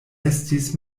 estis